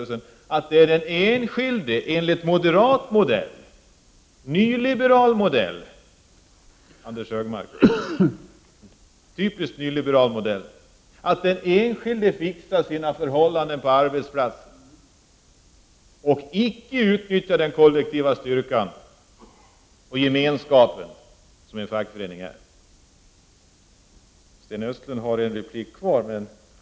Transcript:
Eller är det nu så med systemskiftet i diskussionen inom arbetarrörelsen att det är den enskilde som fixar sina förhållanden på arbetsplatsen och icke utnyttjar den kollektiva styrkan och den gemenskap som en fackförening utgör, allt i enlighet med en moderat modell, Anders G Högmark, en typisk nyliberal modell? Sten Östlund har en replik kvar för att svara på detta.